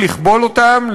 לכבול אותם,